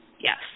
Yes